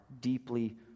deeply